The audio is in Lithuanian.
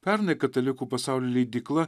pernai katalikų pasaulio leidykla